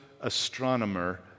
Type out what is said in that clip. astronomer